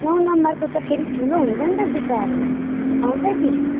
नौ नम्बरको त फेरि ठुलो हुन्छ नि त जुत्ताहरू पाउँछ के